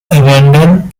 abandon